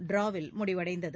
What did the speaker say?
டிராவில் முடிவடைந்தது